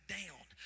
down